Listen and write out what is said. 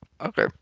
Okay